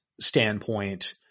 standpoint